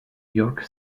york